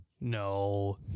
No